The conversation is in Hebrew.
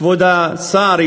כבוד השר,